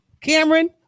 Cameron